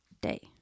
day